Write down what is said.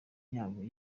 y’abo